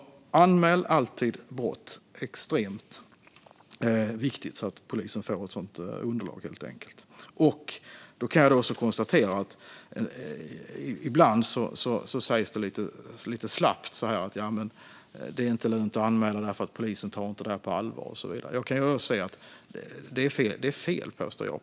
Anmäl alltid brott - det är extremt viktigt så att polisen får ett sådant underlag! Jag kan konstatera att det ibland sägs lite slappt att det inte är lönt att anmäla eftersom polisen inte tar det på allvar. Jag påstår att detta är fel.